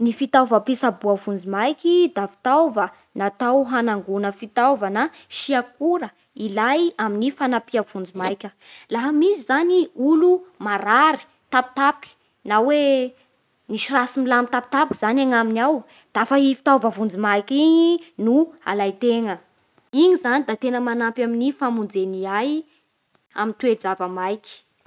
Ny fitaovam-pitsaboa vonjimaiky da fitaova hanangona fitaovana sy akora ilay amin'ny fanampia vonjimaika. Laha misy zany olo marary tampotampoky na hoe nisy raha tsy milamy tampotampoky zagny ny agny aminy ao da fa i fitaova vonjimaiky igny no alaintegna, igny zany da tena manampy amin'ny famonjen'ny ay amy toe-java maiky.